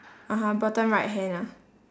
(uh huh) bottom right hand ah